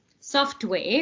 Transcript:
software